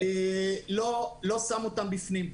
לא שם אותם בפנים.